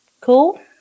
Cool